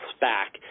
back